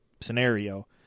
scenario